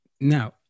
Now